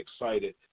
excited